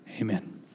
Amen